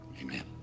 Amen